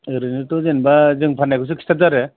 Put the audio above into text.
ओरैनोथ' जेनबा जों फान्नायखौसो खिथादों आरो